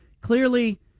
Clearly